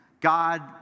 God